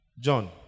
John